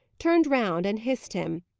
turned round and hissed him,